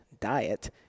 diet